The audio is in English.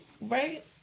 right